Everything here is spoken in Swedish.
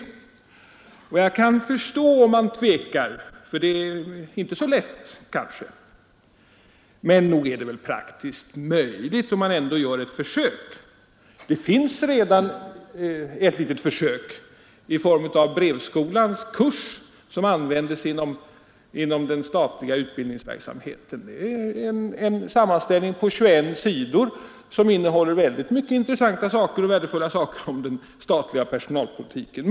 Jag kan förstå om han tvekar för det är kanske inte så lätt. Men nog är det väl praktiskt möjligt om man försöker. Det finns redan ett litet försök i form av Brevskolans kurs, som används inom den statliga utbildningsverksamheten. Det är en sammanställning på 21 sidor, som innehåller många intressanta och värdefulla saker om den statliga personalpolitiken.